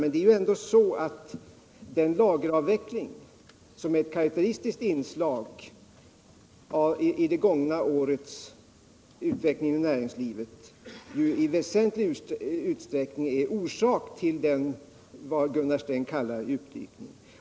Men det är ju ändå så, att den lageravveckling som är ett karakteristiskt inslag i det gångna årets utveckling inom näringslivet i väsentlig utsträckning är orsaken till vad Gunnar Sträng kallar djupdykningen.